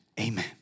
amen